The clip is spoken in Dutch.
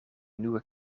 nieuwe